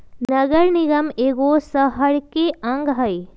नगर निगम एगो शहरके अङग हइ